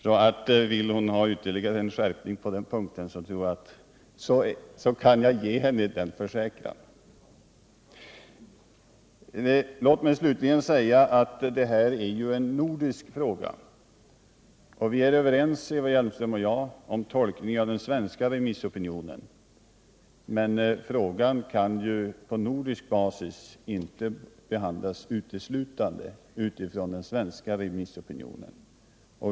Vill Eva Hjelmström ha ytterligare en skärpning på den här punkten, så kan jag uttala en försäkran om att jag här tolkat socialdemokraternas uppfattning. Låt mig slutligen säga att det här är ju en nordisk fråga. Eva Hjelmström och jag är överens om tolkningen av den svenska remissopinionen, men frågan kan ju på nordisk basis inte behandlas uteslutande utifrån den svenska remissopinionen.